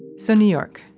so new york,